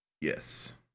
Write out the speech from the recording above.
Yes